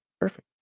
Perfect